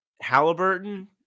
Halliburton